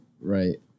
Right